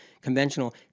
conventional